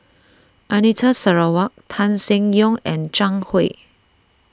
Anita Sarawak Tan Seng Yong and Zhang Hui